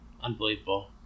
Unbelievable